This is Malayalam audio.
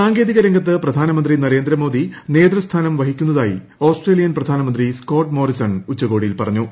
സാങ്കേതിക രംഗത്ത് പ്രധാനമന്ത്രി നരേന്ദ്ര മോദി നേതൃസ്ഥാനം വഹിക്കുന്നതായി ഓസ്ട്രേലിയൻ പ്രധാനമന്ത്രി സ്കോട്ട് ്ട്മോറിസൺ ഉച്ചകോടിയിൽ പറഞ്ഞു